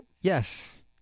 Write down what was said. Yes